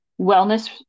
wellness